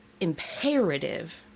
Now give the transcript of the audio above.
imperative